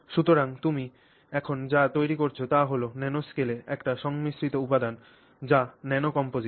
সুতরাং তুমি এখন যা তৈরি করছ তা হল ন্যানোস্কেলে একটি সংমিশ্রিত উপাদান যা ন্যানোকম্পোজিট